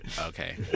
Okay